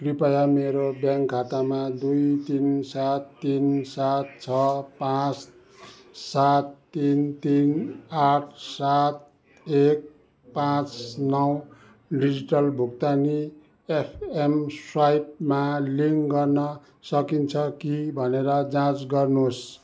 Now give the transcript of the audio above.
कृपया मेरो ब्याङ्क खातामा दुई तिन सात तिन सात छ पाँच सात तिन तिन आठ सात एक पाँच नौ डिजिटल भुक्तानी एप एम स्वाइपमा लिङ्क गर्न सकिन्छ कि भनेर जाँच गर्नुहोस्